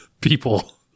people